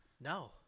No